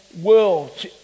world